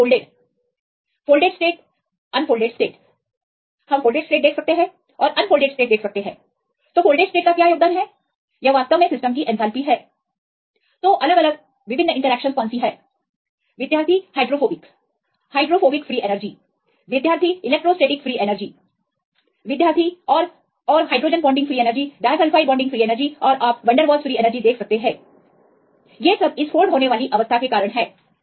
विद्यार्थी folded folded state unfolded state हम folded state देख सकते हैं औरआप अनफोल्डेड स्टेट देख सकते हैं तो फोल्डेड स्टेट का क्या योगदान है यह वास्तव में सिस्टम की एंथैल्पी है तो विभिन्न इंटरेक्शनस कौन कौन सी इंटरेक्शनस है विद्यार्थी हाइड्रोफोबिक हाइड्रोफोबिक फ्री एनर्जी और hb hydrogen bonding free energy disulphide bonding free energy है और आप van der Waals free energy देख सकते हैं ये सब इस फोल्ड होने वाली अवस्था के कारण हैं